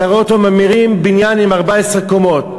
ואתה רואה אותו מרים בניין של 14 קומות.